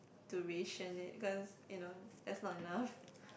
to ration it cause you know that's not enough